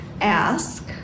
ask